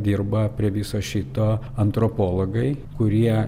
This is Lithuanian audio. dirba prie viso šito antropologai kurie